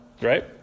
Right